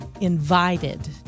invited